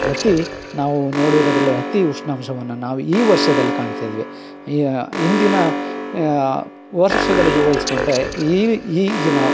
ಅತಿ ನಾವು ನೋಡಿರೋದ್ರಲ್ಲಿ ಅತಿ ಉಷ್ಣಾಂಶವನ್ನು ನಾವು ಈ ವರ್ಷದಲ್ಲಿ ಕಾಣ್ತಾಯಿದ್ದೇವೆ ಹಿಂದಿನ ವರ್ಷಗಳಿಗೆ ಹೋಲಿಸ್ಕೊಂಡ್ರೆ ಈ ಈಗಿನ